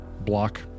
block